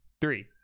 three